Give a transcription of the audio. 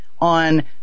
on